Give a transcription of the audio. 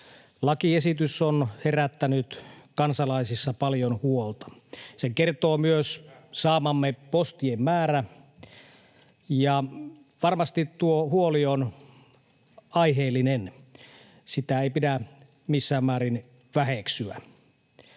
lakiesitys on herättänyt kansalaisissa paljon huolta — sen kertoo myös saamamme postien määrä — ja varmasti tuo huoli on aiheellinen, sitä ei pidä missään määrin väheksyä.